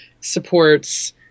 supports